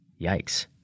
Yikes